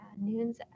Noons